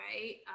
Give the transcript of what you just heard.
right